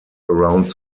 around